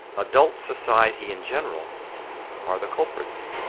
adult society in general are the culprits.